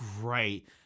great